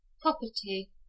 property